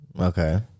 Okay